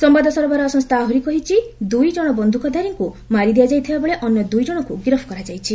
ସମ୍ଭାଦ ସରବରାହ ସଂସ୍ଥା ଆହୁରି କହିଛି ଦୁଇ ଜଣ ବନ୍ଧୁକଧାରୀଙ୍କୁ ମାରି ଦିଆଯାଇଥିବାବେଳେ ଅନ୍ୟ ଦୁଇଜଣଙ୍କୁ ଗିରଫ କରାଯାଇଛି